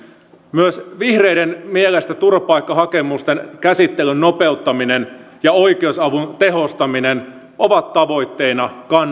myös vihreiden mielestä turvapaikkahakemusten käsittelyn nopeuttaminen ja oikeusavun tehostaminen ovat tavoitteena kannatettavia